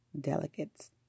delegates